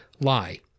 lie